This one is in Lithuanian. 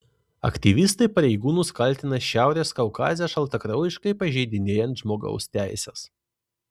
aktyvistai pareigūnus kaltina šiaurės kaukaze šaltakraujiškai pažeidinėjant žmogaus teises